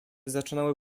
zaczynały